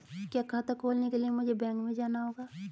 क्या खाता खोलने के लिए मुझे बैंक में जाना होगा?